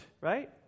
right